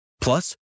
Plus